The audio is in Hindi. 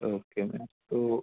ओके मैम तो